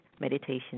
meditation